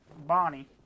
bonnie